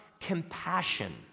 compassion